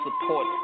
support